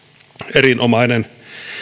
erinomainen